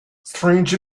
strange